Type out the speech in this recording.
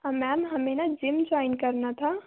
ma'am हमें ना gym join करना था